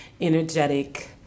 energetic